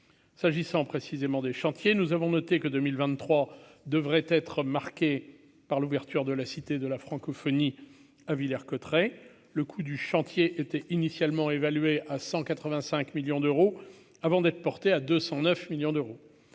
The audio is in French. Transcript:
s'agissant précisément des chantiers, nous avons noté que 2023 devrait être marquée par l'ouverture de la Cité de la francophonie à Villers-Cotterêts, le coût du chantier était initialement évalué à 185 millions d'euros avant d'être porté à 209 millions d'euros,